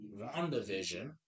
WandaVision